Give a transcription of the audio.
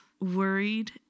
worried